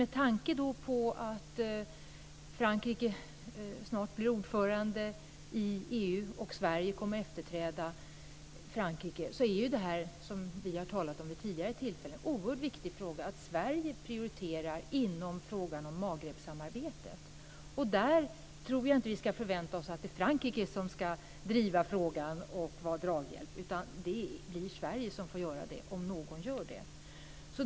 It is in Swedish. Med tanke på att Frankrike snart blir ordförandeland i EU och på att Sverige kommer att efterträda Frankrike är det ju, som vi har talat om vid tidigare tillfällen, oerhört viktigt att Sverige prioriterar inom frågan om Magrebsamarbetet. Jag tror inte att vi ska förvänta oss att Frankrike ska driva frågan och vara draghjälp. Det blir Sverige som får göra det, om någon gör det.